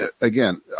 again